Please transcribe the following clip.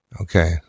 Okay